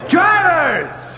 Drivers